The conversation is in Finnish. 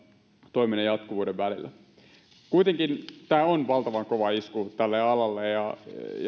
toiminnan jatkuvuuden välillä kuitenkin tämä on valtavan kova isku tälle alalle ja ja